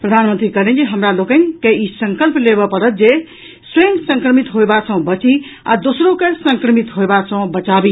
प्रधानमंत्री कहलनि जे हमरा लोकनि के ई संकल्प लेबऽ पड़त जे स्वयं संक्रमित होयबा सॅ बची आ दोसरो के संक्रमित होयबा सॅ बचावी